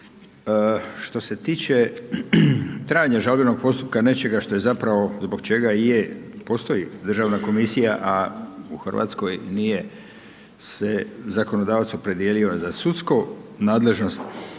Što se tiče trajanja žalbenog postupka, nečega što je zapravo, zbog čega i je postoji državna komisija, a u Hrvatskoj nije se zakonodavac opredijelio za sudsko nadležnost,